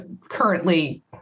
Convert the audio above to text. currently